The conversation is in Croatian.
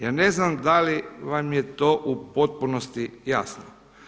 Ja ne znam da li vam je to u potpunosti jasno?